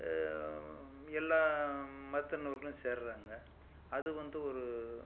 எல்லா மதத்தினர்களும் சேர்கிறாங்க அது வந்து ஒரு